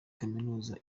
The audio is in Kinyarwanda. kaminuza